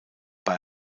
bei